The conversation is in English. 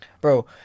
Bro